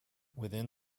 within